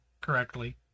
correctly